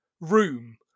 room